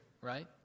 right